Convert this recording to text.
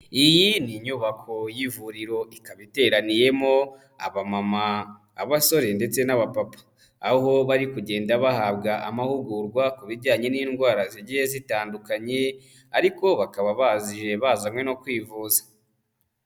Iyi ni inyubako y'ivuriro ikaba iteraniyemo abamama, abasore ndetse n'abapapa. Aho barikugenda bahabwa amahugurwa ku bijyanye n'indwara zigiye zitandukanye ariko bakaba baje bazanywe no kwivuza.